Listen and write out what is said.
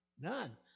None